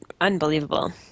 Unbelievable